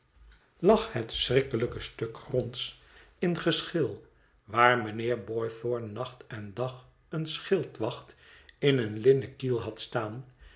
lag het schrikkelijke stuk gronds in geschil waar mijnheer boythorn nacht en dag een schildwacht in een linnen kiel had staan